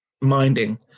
minding